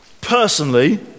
personally